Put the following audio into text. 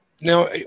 Now